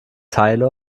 teile